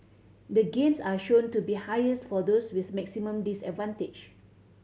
the gains are shown to be highest for those with maximum disadvantage